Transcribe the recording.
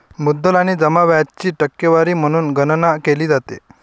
मुद्दल आणि जमा व्याजाची टक्केवारी म्हणून गणना केली जाते